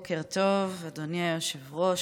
בוקר טוב, אדוני היושב-ראש.